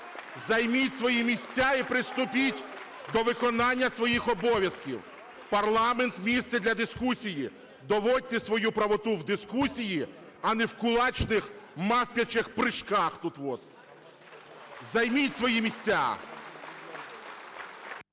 Займіть свої місця і приступіть до виконання своїх обов'язків. Парламент – місце для дискусії, доводьте свою правоту в дискусії, а не в кулачних, мавпячих прижках тут от. Займіть свої місця!